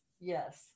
Yes